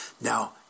Now